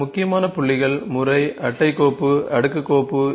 சில முக்கியமான புள்ளிகள் முறை அட்டை கோப்பு அடுக்கு கோப்பு